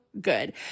good